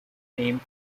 named